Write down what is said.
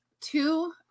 two